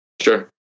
Sure